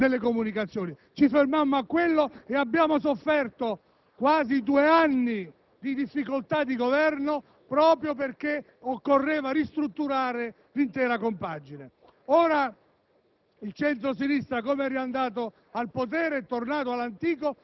dell'organizzazione ministeriale, e il Ministero delle comunicazioni. Ci fermammo a quello e abbiamo sofferto quasi due anni di difficoltà di Governo proprio perché occorreva ristrutturare l'intera compagine.